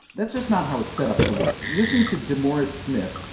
that's just not how it's set up to work. listen to demaurice smith,